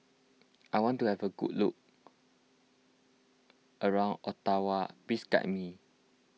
I want to have a good look around Ottawa please guide me